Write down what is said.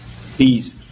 please